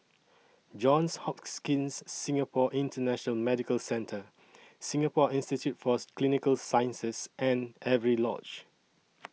Johns Hopkins Singapore International Medical Centre Singapore Institute For Clinical Sciences and Avery Lodge